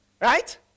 Right